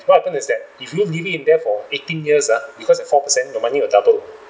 what happen is that if you leave it in there for eighteen years uh because at four per cent your money will double